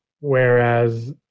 Whereas